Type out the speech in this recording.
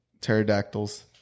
pterodactyls